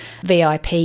vip